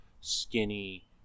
skinny